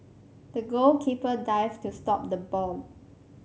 the goalkeeper dived to stop the ball